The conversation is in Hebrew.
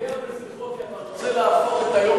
אתה פוגע בזכרו כי אתה רוצה להפוך את היום